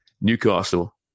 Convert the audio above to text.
Newcastle